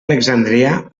alexandria